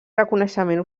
reconeixement